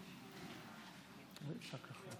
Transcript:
מן הראוי שיתקיים.